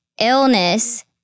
illness